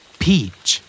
peach